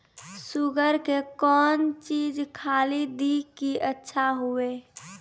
Sugar के कौन चीज खाली दी कि अच्छा हुए?